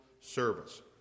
service